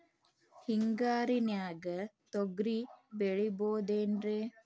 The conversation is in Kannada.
ಹಿಂಗಾರಿನ್ಯಾಗ ತೊಗ್ರಿ ಬೆಳಿಬೊದೇನ್ರೇ?